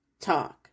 talk